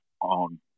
on